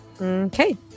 Okay